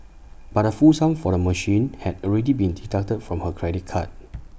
but the full sum for the machine had already been deducted from her credit card